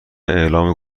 اعلام